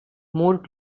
more